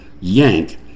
yank